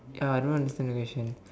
I don't understand the question